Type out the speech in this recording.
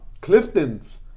Clifton's